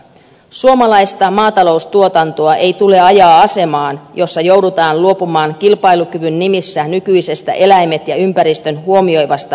suomalaista maataloustuotantoa ei tule ajaa asemaan jossa joudutaan luopumaan kilpailukyvyn nimissä nykyisestä eläimet ja ympäristö huomioivasta tuotantotavasta